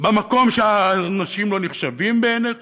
במקום שהאנשים לא נחשבים בעיניך?